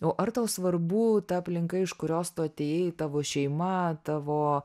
o ar tau svarbu ta aplinka iš kurios tu atėjai tavo šeima tavo